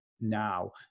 now